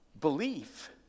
Belief